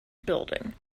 building